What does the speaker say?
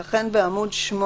ולכן, בעמוד 8